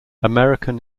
american